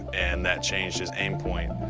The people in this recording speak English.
and that changed his aim point.